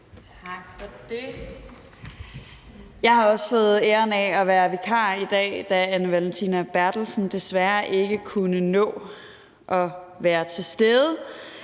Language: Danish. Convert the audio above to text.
Tak for det. Jeg har også fået æren af at være vikar i dag, da Anne Valentina Berthelsen desværre ikke kunne nå at være til stede.